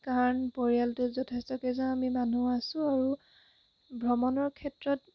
কাৰণ পৰিয়ালটোত যথেষ্ট কেইজন আমি মানুহ আছো আৰু ভ্ৰমণৰ ক্ষেত্ৰত